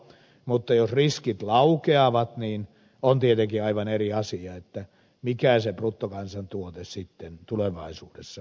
mutta jos riskit laukeavat niin on tietenkin aivan eri asia mikä se bruttokansantuote sitten tulevaisuudessa tulee olemaan